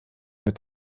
mit